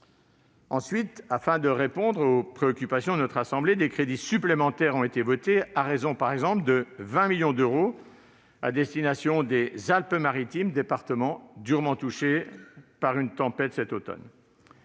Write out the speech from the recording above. Ensuite, afin de répondre aux préoccupations de notre assemblée, des crédits supplémentaires ont été votés, à raison, par exemple, de 20 millions d'euros à destination des Alpes-Maritimes, département durement touché par une tempête cet automne.